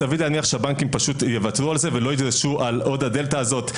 סביר להניח שהבנקים פשוט יוותרו על זה ולא ידרשו עוד על הדלתא הזאת,